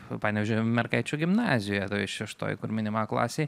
panevėžio mergaičių gimnazijoje toje šeštoj kur minima a klasėj